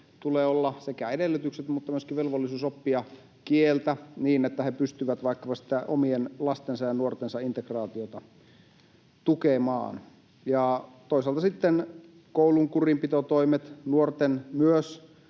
tulee olla edellytykset mutta myöskin velvollisuus oppia kieltä niin, että he pystyvät vaikkapa omien lastensa ja nuortensa integraatiota tukemaan. Toisaalta sitten koulun kurinpitotoimet: myös